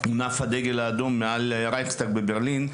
הונף הדגל האדום מעל הרייכסטאג בברלין.